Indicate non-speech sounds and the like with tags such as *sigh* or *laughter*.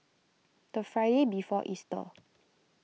the Friday before Easter *noise*